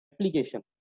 application